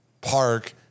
park